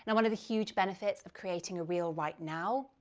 and one of the huge benefits of creating a reel right now,